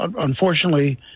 Unfortunately